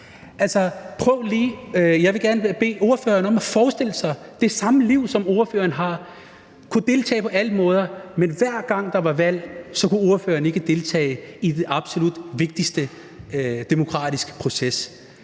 jeg vil gerne bede ordføreren om at forestille sig det: De har det samme liv som ordføreren har, kan deltage på alle måder, men hver gang der er valg, kan de ikke deltage i den absolut vigtigste demokratiske proces.